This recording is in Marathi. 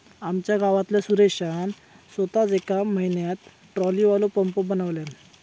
आमच्या गावातल्या सुरेशान सोताच येका म्हयन्यात ट्रॉलीवालो पंप बनयल्यान